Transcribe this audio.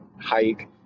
hike